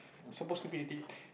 supposed to be a date